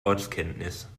ortskenntnis